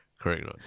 correct